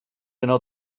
unol